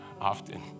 Often